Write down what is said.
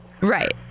Right